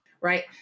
Right